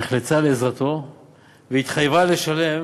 בו, נחלצה לעזרתו והתחייבה לשלם